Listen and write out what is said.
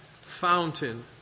fountain